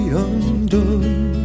undone